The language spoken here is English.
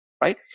right